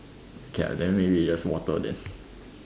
K lah then maybe just water then